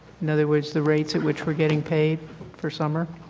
in other words, the rates at which we are getting paid for summer?